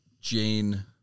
Jane